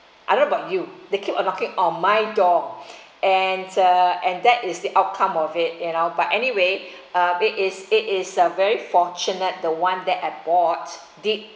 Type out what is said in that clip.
I don't know about you they keep knocking on my door and uh and that is the outcome of it you know but anyway uh it is it is very fortunate the one that I bought did